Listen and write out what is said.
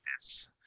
Yes